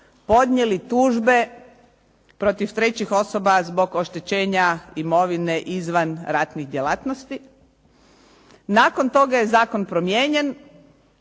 podnijeli tužbe protiv trećih osoba zbog oštećenja imovine izvan ratnih djelatnosti. Nakon toga je zakon promijenjen,